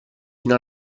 fino